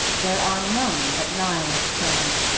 there are none but nihilists present.